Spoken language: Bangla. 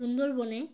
সুন্দর বনে